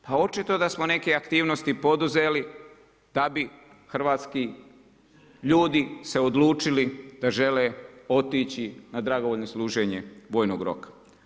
Pa očito da smo neke aktivnosti poduzeli da bi hrvatski ljudi se odlučili da žele otići na dragovoljno služenje vojnog roka.